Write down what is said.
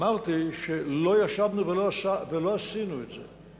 אמרתי שלא ישבנו ולא עשינו את זה,